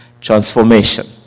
transformation